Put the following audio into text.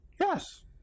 Yes